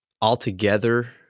altogether